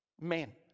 men